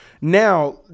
Now